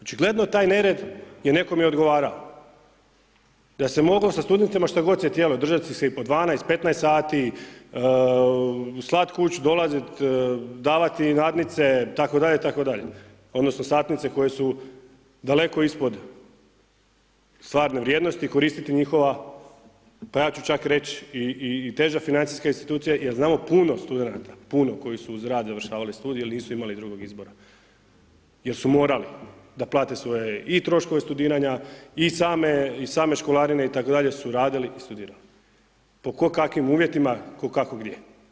Očigledno taj nered je nekome odgovarao da se moglo sa studentima što god se htjelo, držati ih se i po 12, 15 sati, slati kući, dolaziti, davati nadnice itd. odnosno satnice koje su daleko ispod stvarne vrijednosti i koristiti njihova pa ja ću čak reći i teža financijska … jer znamo puno studenata, puno koji su uz rad završavali studij jer nisu imali drugog izbora jer su morali da plate svoje i troškove studiranja i same školarine itd. su radili i studirali po tko kakvim uvjetima, tko kako gdje.